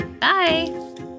Bye